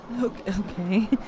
Okay